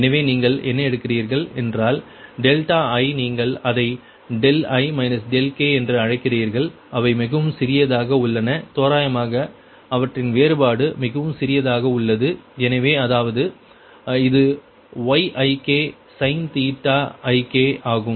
எனவே நீங்கள் என்ன எடுக்கிறீர்கள் என்றால் டெல்டா i நீங்கள் அதை i k என்று அழைக்கிறீர்கள் அவை மிகவும் சிறியதாக உள்ளன தோராயமாக அவற்றின் வேறுபாடு மிகவும் சிறியதாக உள்ளது எனவே அதாவது இது Yiksin ஆகும்